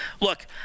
look